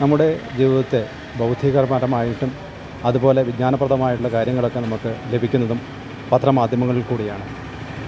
നമ്മുടെ ജീവിതത്തെ ബൗദ്ധിക പരമായിട്ടും അതുപോലെ വിജ്ഞാനപ്രദമായിട്ടുള്ള കാര്യങ്ങളൊക്കെ നമുക്ക് ലഭിക്കുന്നതും പത്രമാധ്യമങ്ങളിൽ കൂടിയാണ്